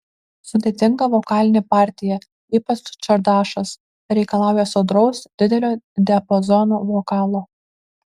sudėtinga vokalinė partija ypač čardašas reikalauja sodraus didelio diapazono vokalo